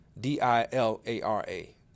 D-I-L-A-R-A